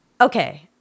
Okay